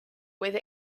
with